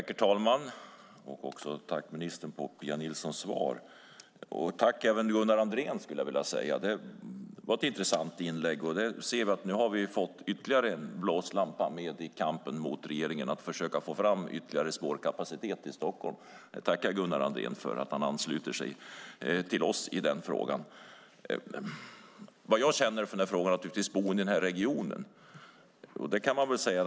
Herr talman! Tack, ministern, för svaret till Pia Nilsson! Jag skulle även vilja säga tack till Gunnar Andrén. Det var ett intressant inlägg. Vi ser att vi nu har fått med ytterligare en blåslampa i kampen mot regeringen när det gäller att försöka få fram ytterligare spårkapacitet i Stockholm. Jag tackar Gunnar Andrén för att han ansluter sig till oss i den frågan. Sedan gäller det vad jag känner för den här frågan, som bor i den här regionen.